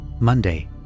Monday